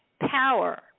power